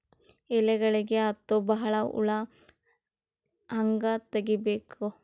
ಎಲೆಗಳಿಗೆ ಹತ್ತೋ ಬಹಳ ಹುಳ ಹಂಗ ತೆಗೀಬೆಕು?